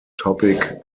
topic